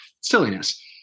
silliness